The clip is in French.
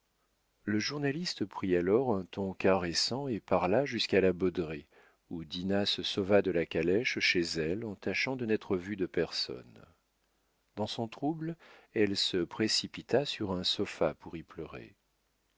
le journaliste prit alors un ton caressant et parla jusqu'à la baudraye où dinah se sauva de la calèche chez elle en tâchant de n'être vue de personne dans son trouble elle se précipita sur un sofa pour y pleurer